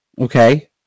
Okay